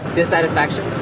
dissatisfaction